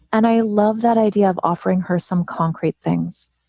and i love that idea of offering her some concrete things.